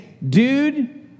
Dude